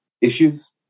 issues